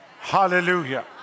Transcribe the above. Hallelujah